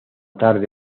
tarde